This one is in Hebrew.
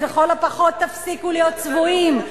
לכל הפחות תפסיקו להיות צבועים.